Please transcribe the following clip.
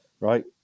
right